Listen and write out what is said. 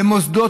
במוסדות,